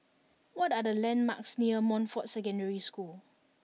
what are the landmarks near Montfort Secondary School